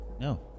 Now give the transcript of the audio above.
No